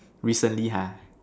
recently ha